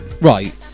Right